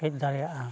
ᱦᱮᱡ ᱫᱟᱲᱮᱭᱟᱜᱼᱟ